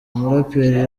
umuraperi